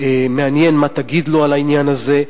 מעניין מה תגיד לו על העניין הזה.